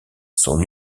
son